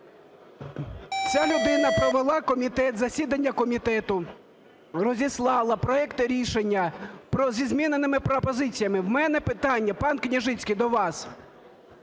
Ця людина провела комітет, засідання комітету, розіслала проекти рішення зі зміненими пропозиціями. У мене питання, пан Княжицький, до вас